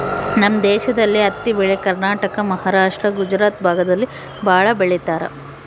ನಮ್ ದೇಶದಲ್ಲಿ ಹತ್ತಿ ಬೆಳೆ ಕರ್ನಾಟಕ ಮಹಾರಾಷ್ಟ್ರ ಗುಜರಾತ್ ಭಾಗದಲ್ಲಿ ಭಾಳ ಬೆಳಿತರೆ